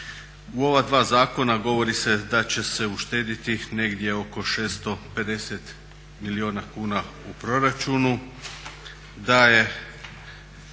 U ova dva zakona govori se da će se uštedjeti negdje oko 650 milijuna kuna u proračunu,